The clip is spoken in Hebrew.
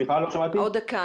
אני